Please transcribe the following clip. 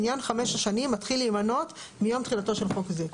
מניין חמש השנים מתחיל להימנות מיום תחילתו של חוק זה.